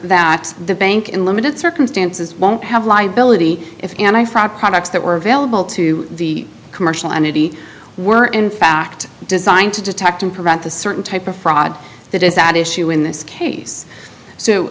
that the bank in limited circumstances won't have liability if and i thought products that were available to the commercial entity were in fact designed to detect and prevent the certain type of fraud that is at issue in this case so